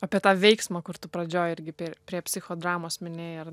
apie tą veiksmą kur tu pradžioj irgi per prie psichodramos minėjai ar